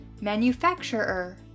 Manufacturer